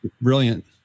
brilliant